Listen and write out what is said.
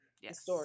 Yes